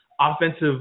offensive